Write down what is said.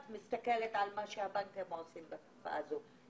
מסתכלת על מה שהבנקים עושים בתקופה הזאת.